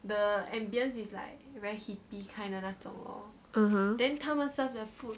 ah !huh!